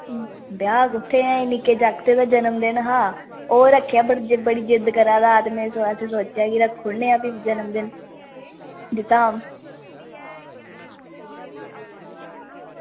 ब्याह् कुत्थें ऐ ऐहीं निक्के जागतै दा जन्मदिन हा ते ओह् जागत् बड़ी जिद्द करा दा हा ते में सोचेआ रक्खी ओड़ने आं जन्मदिन दी धाम